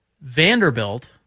Vanderbilt